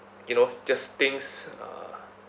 you know just things uh